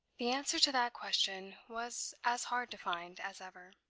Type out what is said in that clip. the answer to that question was as hard to find as ever.